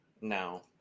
No